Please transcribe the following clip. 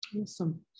Awesome